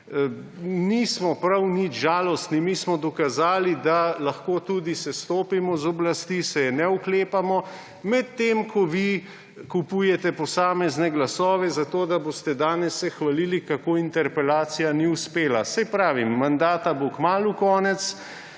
Nismo prav nič žalostni, mi smo dokazali, da lahko tudi sestopimo z oblasti, se je ne oklepamo, medtem ko vi kupujete posamezne glasove, zato da se boste danes hvalili, kako interpelacija ni uspela. Saj pravim, mandata bo kmalu konec